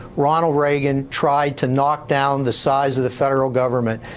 ronald reagan tried to knock down the size of the federal government.